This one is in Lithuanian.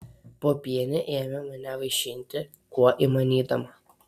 popienė ėmė mane vaišinti kuo įmanydama